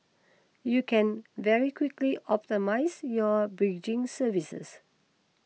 you can very quickly optimise your bridging services